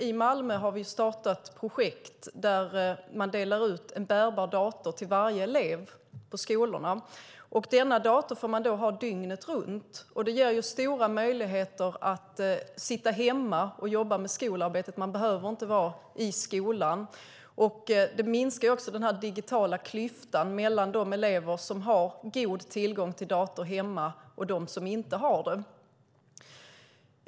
I Malmö har vi startat projekt där en bärbar dator delas ut till varje elev på skolorna. Denna dator får man ha dygnet runt. Det ger stora möjligheter att sitta hemma och jobba med skolarbetet. Man behöver inte vara i skolan. Det minskar också den digitala klyftan mellan de elever som har god tillgång till dator hemma och de som inte har det.